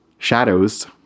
Shadows